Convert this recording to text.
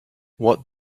what